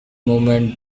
movement